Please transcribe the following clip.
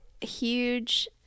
huge